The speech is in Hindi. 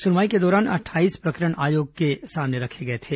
सुनवाई के दौरान अट्ठाईस प्रकरण आयोग के समक्ष रखे गए थे